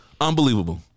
Unbelievable